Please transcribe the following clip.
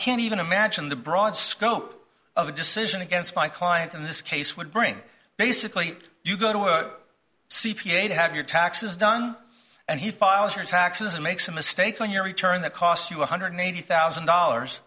can't even imagine the broad scope of the decision against my client in this case would bring basically you go to a c p a to have your taxes done and he files your taxes and makes a mistake on your return that costs you one hundred eighty thousand dollars